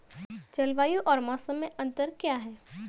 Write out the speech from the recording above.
जलवायु और मौसम में अंतर क्या है?